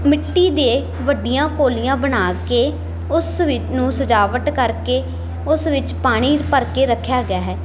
ਮਿੱਟੀ ਦੇ ਵੱਡੀਆਂ ਕੋਲੀਆਂ ਬਣਾ ਕੇ ਉਸ ਵਿੱਚ ਨੂੰ ਸਜਾਵਟ ਕਰਕੇ ਉਸ ਵਿੱਚ ਪਾਣੀ ਭਰ ਕੇ ਰੱਖਿਆ ਗਿਆ ਹੈ